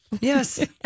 Yes